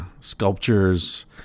sculptures